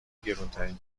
گرونترین